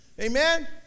Amen